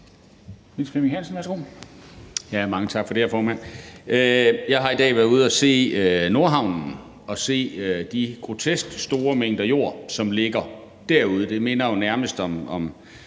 Jeg har i dag været ude at se Nordhavnen og se de grotesk store mængder jord, som ligger derude. Det minder jo nærmest om